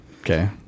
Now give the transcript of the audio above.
okay